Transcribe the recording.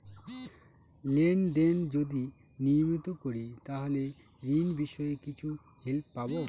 Lane দেন যদি নিয়মিত করি তাহলে ঋণ বিষয়ে কিছু হেল্প পাবো?